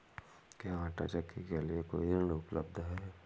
क्या आंटा चक्की के लिए कोई ऋण उपलब्ध है?